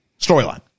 storyline